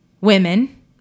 women